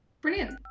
Brilliant